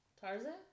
Tarzan